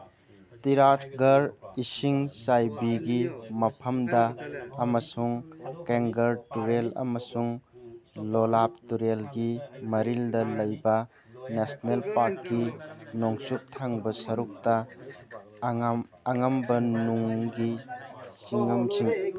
ꯇꯤꯔꯥꯠꯒꯔ ꯏꯁꯤꯡ ꯆꯥꯏꯕꯤꯒꯤ ꯃꯐꯝꯗ ꯑꯃꯁꯨꯡ ꯀꯦꯡꯒꯔ ꯇꯨꯔꯦꯜ ꯑꯃꯁꯨꯡ ꯂꯣꯂꯥꯞ ꯇꯨꯔꯦꯜꯒꯤ ꯃꯔꯤꯜꯗ ꯂꯩꯕ ꯅꯦꯁꯅꯦꯜ ꯄꯥꯛꯀꯤ ꯅꯣꯡꯆꯨꯞ ꯊꯪꯕ ꯁꯔꯨꯛꯇ ꯑꯉꯝ ꯑꯉꯝꯕ ꯅꯨꯡꯒꯤ ꯆꯤꯡꯉꯝꯁꯤꯡ